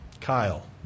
Kyle